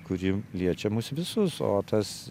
kuri liečia mus visus o tas